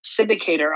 syndicator